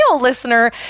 listener